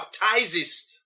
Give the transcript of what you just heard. baptizes